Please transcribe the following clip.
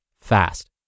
fast